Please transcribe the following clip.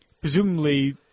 presumably –